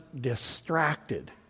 distracted